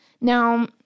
Now